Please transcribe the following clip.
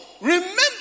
Remember